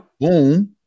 Boom